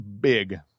big